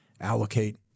allocate